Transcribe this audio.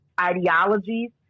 ideologies